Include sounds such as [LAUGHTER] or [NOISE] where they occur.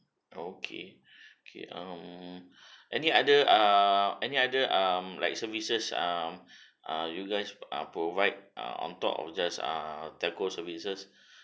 okay [BREATH] okay um [BREATH] any other err any other um like services um [BREATH] uh you guys are provide uh on top of just err telco services [BREATH]